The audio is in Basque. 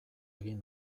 egin